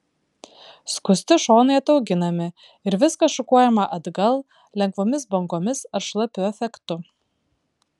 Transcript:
skusti šonai atauginami ir viskas šukuojama atgal lengvomis bangomis ar šlapiu efektu